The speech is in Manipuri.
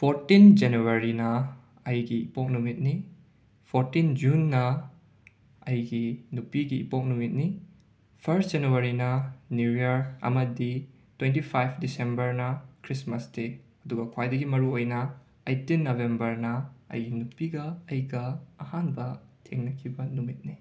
ꯐꯣꯔꯇꯤꯟ ꯖꯅꯨꯋꯥꯔꯤꯅ ꯑꯩꯒꯤ ꯏꯄꯣꯛ ꯅꯨꯃꯤꯠꯅꯤ ꯐꯣꯔꯇꯤꯟ ꯖꯨꯟꯅ ꯑꯩꯒꯤ ꯅꯨꯄꯤꯒꯤ ꯏꯄꯣꯛ ꯅꯨꯃꯤꯠꯅꯤ ꯐꯔꯁ ꯖꯅꯨꯋꯥꯔꯤꯅ ꯅ꯭ꯌꯨ ꯌꯥꯔ ꯑꯃꯗꯤ ꯇ꯭ꯋꯦꯟꯇꯤ ꯐꯥꯏꯕ ꯗꯤꯁꯦꯝꯕꯔꯅ ꯈ꯭ꯔꯤꯁꯃꯥꯁ ꯗꯦ ꯑꯗꯨꯒ ꯈ꯭ꯋꯥꯏꯗꯒꯤ ꯃꯔꯨ ꯑꯣꯏꯅ ꯑꯥꯏꯇꯤꯟ ꯅꯕꯦꯝꯕꯔꯅ ꯑꯩꯒꯤ ꯅꯨꯄꯤꯒ ꯑꯩꯒ ꯑꯍꯥꯟꯕ ꯊꯦꯡꯅꯈꯤꯕ ꯅꯨꯃꯤꯠꯅꯤ